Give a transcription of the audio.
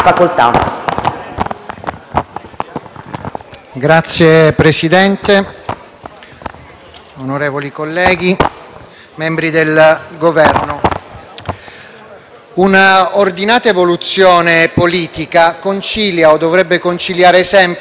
Signor Presidente, onorevoli colleghi, membri del Governo, un'ordinata evoluzione politica concilia - o dovrebbe conciliare sempre - l'esigenza della legalità